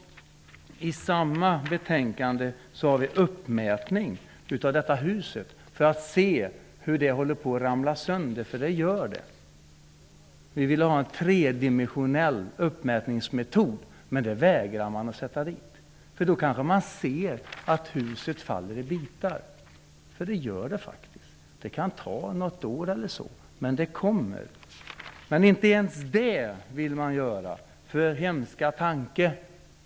I samma betänkande behandlas frågan om uppmätning av Riksdagshuset, för att se hur det håller på att ramla sönder. Vi vill att en uppmätning skall göras med en tredimensionell metod, men det vägrar man att gå med på, för då kanske man ser att huset faller i bitar, för det gör det faktiskt. Det kan ta något år eller så, men det kommer. Inte ens det vill man göra, för -- hemska tanke!